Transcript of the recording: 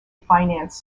finance